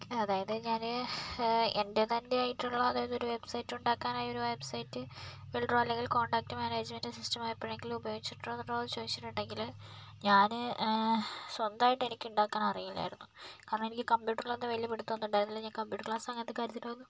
അതായത് ഞാൻ എൻ്റെ തന്നെയായിട്ടുള്ള അതായതൊരു വെബ്സൈറ്റ് ഉണ്ടാക്കാനായൊരു വെബ്സൈറ്റ് ബിൽഡറോ അല്ലെങ്കിൽ കോൺടാക്ട് മാനേജ്മെൻറ് സിസ്റ്റം എപ്പോഴെങ്കിലും ഉപയോഗിച്ചിട്ടുണ്ടോയെന്ന് ചോദിച്ചിട്ടുണ്ടെങ്കിൽ ഞാൻ സ്വന്തമായിട്ട് എനിക്ക് ഉണ്ടാക്കാനറിയില്ലായിരുന്നു കാരണം എനിക്ക് കംപ്യൂട്ടറിലൊന്നും വലിയ പിടിത്തം ഉണ്ടായിരുന്നില്ല ഞാൻ കംപ്യൂട്ടർ ക്ലാസ് അങ്ങനത്തെ കാര്യത്തിൽ ഒന്നും